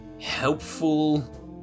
helpful